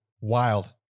Wild